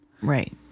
Right